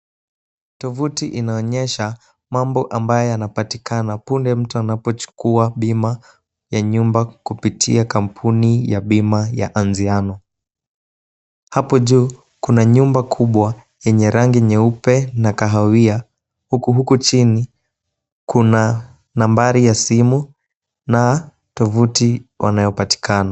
Tuvuti inaonyesha mambo ambayo yanapatikana punde mtu anapochukua bima ya nyumba kupitia kampuni ya bima ya Anziano. Hapo juu kuna nyumba kubwa yenye rangi nyepe na kahawia huku huku chini kuna nambari ya simu na tuvuti wanayopatikana.